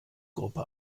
gruppe